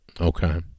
Okay